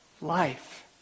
life